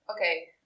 okay